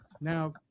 Now